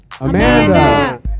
Amanda